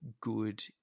good